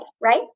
right